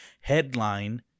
headline